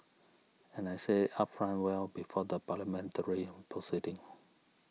and I said upfront well before the Parliamentary proceedings